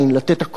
לתת הכול.